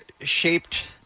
shaped